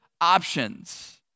options